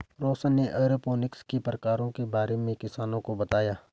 रौशन ने एरोपोनिक्स के प्रकारों के बारे में किसानों को बताया